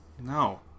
No